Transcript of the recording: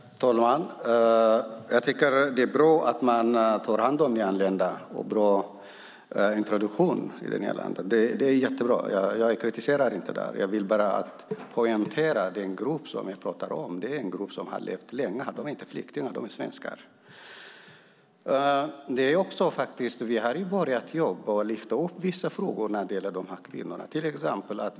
Herr talman! Jag tycker att det är bra att man tar hand om nyanlända och har en bra introduktion för dem. Det är jättebra. Jag kritiserar inte det. Jag vill bara poängtera att den grupp som vi pratar om är en grupp som har levt länge här. De är inte flyktingar, utan de är svenskar. Vi har börjat jobba och lyfta upp vissa frågor när det gäller de här kvinnorna.